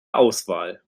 auswahl